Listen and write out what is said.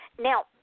Now